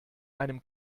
einem